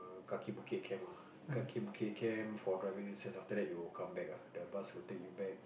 Kaki-Bukit camp ah Kaki-Bukit camp for driving license after that you will come back ah the bus will take you back